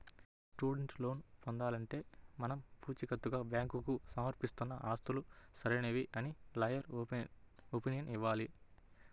student loan పొందాలంటే మనం పుచీకత్తుగా బ్యాంకుకు సమర్పిస్తున్న ఆస్తులు సరైనవే అని లాయర్ ఒపీనియన్ ఇవ్వాలి